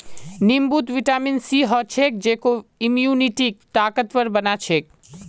नींबूत vitamin C ह छेक जेको इम्यूनिटीक ताकतवर बना छेक